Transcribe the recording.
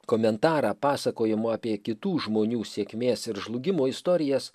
komentarą pasakojimu apie kitų žmonių sėkmės ir žlugimo istorijas